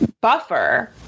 buffer